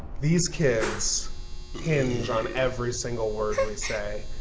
these kids hinge on every single word we say.